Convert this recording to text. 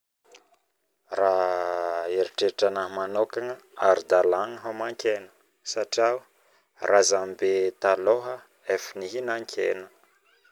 Raha eritreritra anahy manokagna aradalagna homankena satria razambe taloha efa nihinankena